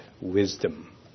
wisdom